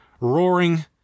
Roaring